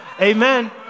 Amen